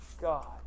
God